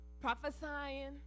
prophesying